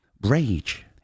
rage